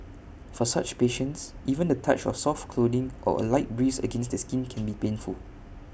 for such patients even the touch of soft clothing or A light breeze against the skin can be painful